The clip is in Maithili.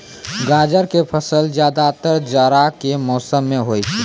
गाजर के फसल ज्यादातर जाड़ा के मौसम मॅ होय छै